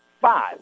Five